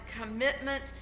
commitment